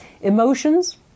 Emotions